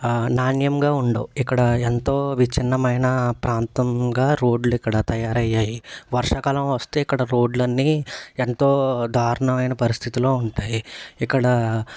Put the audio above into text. నాణ్యంగా ఉండవు ఇక్కడ ఎంతో విచ్ఛిన్నమైన ప్రాంతంగా రోడ్లు తయారయ్యాయి వర్షాకాలం వస్తే ఇక్కడ రోడ్లు అన్నీ ఎంతో దారుణమైన పరిస్థితులో ఉంటాయి ఇక్కడ